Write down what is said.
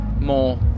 more